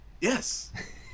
yes